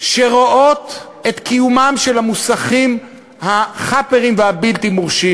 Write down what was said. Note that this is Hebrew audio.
שרואות את קיומם של המוסכים החאפעריים והבלתי-מורשים